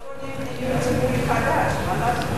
לא בונים דיור ציבורי חדש, מה לעשות?